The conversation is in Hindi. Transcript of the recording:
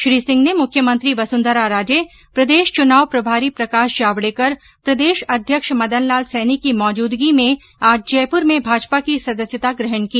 श्री सिंह ने मुख्यमंत्री वसुंधरा राजे प्रदेश चुनाव प्रभारी प्रकाश जावडेकर प्रदेश अध्यक्ष मदन लाल सैनी की मौजूदगी में आज जयपुर में भाजपा की सदस्यता ग्रहण की